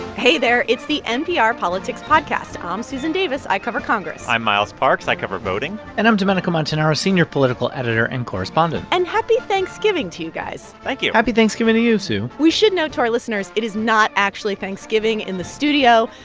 hey there. it's the npr politics podcast. i'm um susan davis. i cover congress i'm miles parks. i cover voting and i'm domenico montanaro, senior political editor and correspondent and happy thanksgiving to you guys thank like you happy thanksgiving to you, sue we should note to our listeners, it is not actually thanksgiving in the studio.